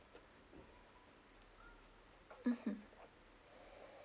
mmhmm